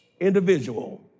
individual